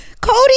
Cody